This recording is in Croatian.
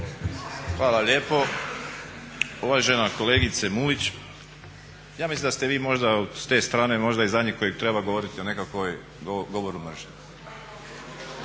Hvala lijepo. Uvažena kolegice Mulić, ja mislim da ste vi možda s te strane možda i zadnji koji treba govoriti o nekakvom govoru